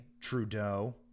Trudeau